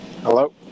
Hello